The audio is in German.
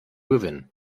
gewinnen